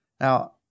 Now